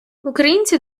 українці